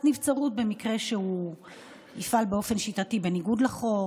נבצרות במקרה שהוא יפעל באופן שיטתי בניגוד לחוק,